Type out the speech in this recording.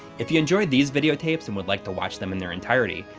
if you enjoyed these video tapes and would like to watch them in their entirety,